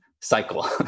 cycle